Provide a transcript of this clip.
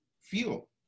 fuel